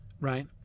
right